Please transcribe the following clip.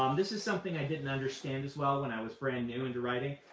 um this is something i didn't understand as well when i was brand new into writing.